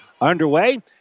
underway